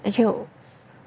and 就